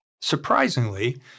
Surprisingly